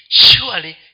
surely